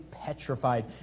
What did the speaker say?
Petrified